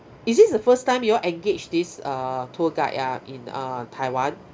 is this the first time you all engage this uh tour guide ah in uh taiwan